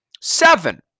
Seven